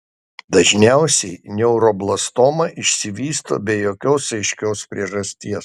dažniausiai neuroblastoma išsivysto be jokios aiškios priežasties